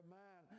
man